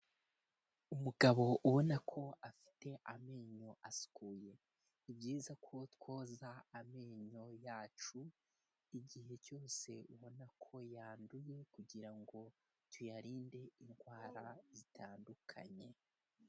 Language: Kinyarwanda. Umugabo ubona ko afite amenyo asukuye. Ni byiza ko twoza amenyo yacu igihe cyose ubona ko yanduye kugira ngo tuyarinde indwara zitandukanye.